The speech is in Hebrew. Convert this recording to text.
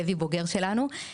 לוי בוגר שלנו,